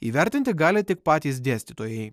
įvertinti gali tik patys dėstytojai